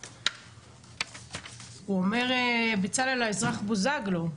הוא אומר בצלאל האזרח בוזגלו,